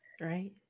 Right